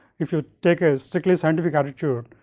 if you take a strictly scientific attitude.